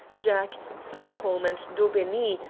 jack, fairholme and daubeney,